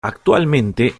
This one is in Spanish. actualmente